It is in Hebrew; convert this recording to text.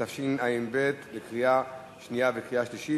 התשע"ב 2012, בקריאה שנייה ובקריאה שלישית.